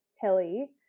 hilly